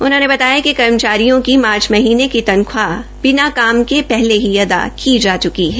उन्होंने बताया कि कर्मचारियों की मार्च महीने की तनख्वाह बिना काम के हले ही अदा की जा च्की है